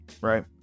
Right